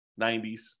90s